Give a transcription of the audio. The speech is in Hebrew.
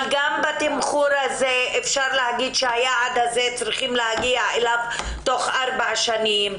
בתמחור הזה אפשר להגיד שצריך להגיע ליעד הזה תוך 4 שנים.